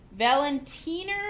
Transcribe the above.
Valentiner